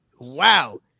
Wow